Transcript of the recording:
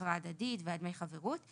והעזרה הדדית ודמי החברות,